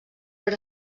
per